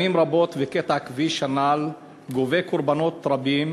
שנים רבות קטע הכביש הנ"ל גובה קורבנות רבים